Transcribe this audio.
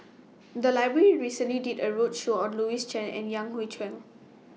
The Library recently did A roadshow on Louis Chen and Yan Hui Chang